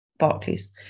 barclays